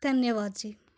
ਧੰਨਵਾਦ ਜੀ